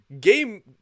game